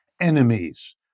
enemies